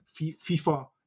FIFA